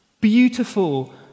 beautiful